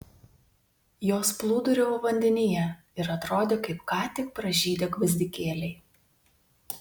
jos plūduriavo vandenyje ir atrodė kaip ką tik pražydę gvazdikėliai